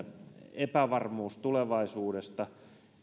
epävarmuus tulevaisuudesta